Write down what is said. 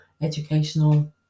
educational